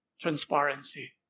transparency